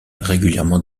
régulièrement